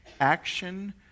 action